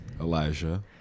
Elijah